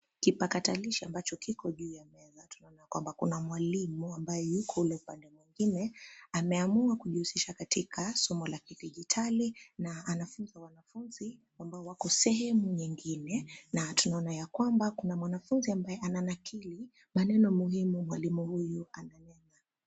Kipakatalishi ambacho kiko juu ya meza, tunaona ya kwamba kuna mwalimu ambaye yuko ule upande mwingine. Ameamua kujihusisha katika somo la kidigitali , na anafunza wanafunzi ambao wako sehemu nyingine. Na tunaona ya kwamba kuna mwanafunzi ambaye ananakili maneno muhimu mwalimu huyu ananena.